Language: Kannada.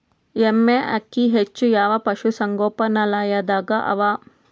ಎಮ್ಮೆ ಅಕ್ಕಿ ಹೆಚ್ಚು ಯಾವ ಪಶುಸಂಗೋಪನಾಲಯದಾಗ ಅವಾ?